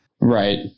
Right